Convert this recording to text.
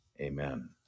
amen